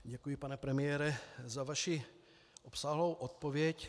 Děkuji, pane premiére, za vaši obsáhlou odpověď.